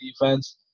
defense